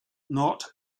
not